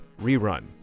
Rerun